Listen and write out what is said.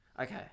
Okay